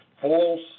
false